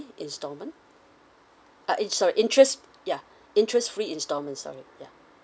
installment uh in~ sorry interest yeah interest free installments sorry yeah